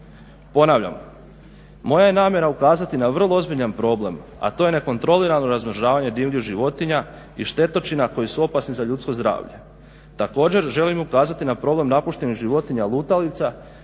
Ponavljam, moja je namjera ukazati na vrlo ozbiljan problem, a to je nekontrolirano razmnožavanje divljih životinja i štetočina koji su opasni za ljudsko zdravlje. Također, želim ukazati na problem napuštenih životinja lutalica